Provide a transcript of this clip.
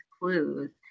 clues